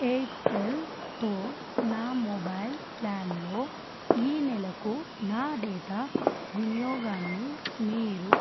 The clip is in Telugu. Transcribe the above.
ఎయిర్టెల్తో నా మొబైల్ వ ప్లాన్లో ఈ నెలకు నా డేటా వినియోగాన్ని మీరు